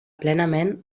plenament